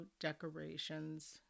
decorations